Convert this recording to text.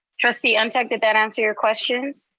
trustee ah ntuk, did that answer your questions?